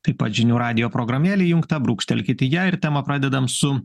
taip pat žinių radijo programėlė įjungta brūkštelkit į ją ir temą pradedam su